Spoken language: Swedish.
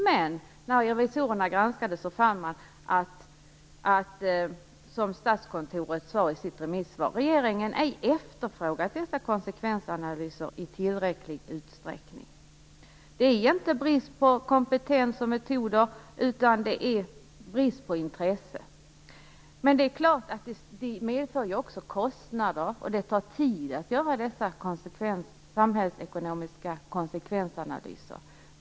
Men när revisorerna granskade detta fann de, som statskontoret sade i sitt remissvar, att regeringen ej efterfrågat dessa konsekvensanalyser i tillräcklig utsträckning. Det handlar inte om brist på kompetens och metoder, utan om brist på intresse. Det medför ju också kostnader, och det tar tid att göra dessa samhällsekonomiska konsekvensanalyser.